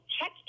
check